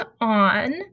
on